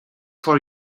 for